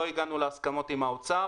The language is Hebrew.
לא הגענו להסכמות עם האוצר.